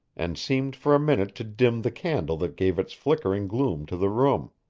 and seemed for a minute to dim the candle that gave its flickering gloom to the room.